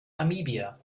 namibia